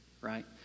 right